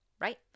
right